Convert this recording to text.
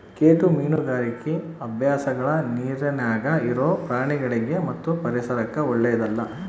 ಕೆಟ್ಟ ಮೀನುಗಾರಿಕಿ ಅಭ್ಯಾಸಗಳ ನೀರಿನ್ಯಾಗ ಇರೊ ಪ್ರಾಣಿಗಳಿಗಿ ಮತ್ತು ಪರಿಸರಕ್ಕ ಓಳ್ಳೆದಲ್ಲ